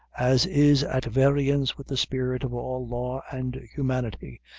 as is at variance with the spirit of all law and humanity,